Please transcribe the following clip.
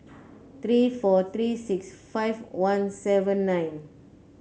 three four three six five one seven nine